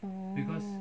orh